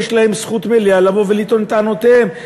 יש להם זכות מלאה לבוא ולטעון את טענותיהם.